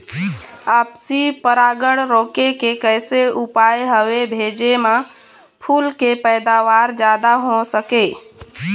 आपसी परागण रोके के कैसे उपाय हवे भेजे मा फूल के पैदावार जादा हों सके?